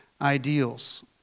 ideals